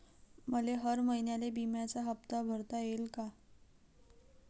मले हर महिन्याले बिम्याचा हप्ता भरता येईन का?